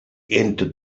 into